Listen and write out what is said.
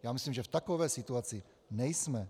Já myslím, že v takové situaci nejsme.